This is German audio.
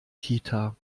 kita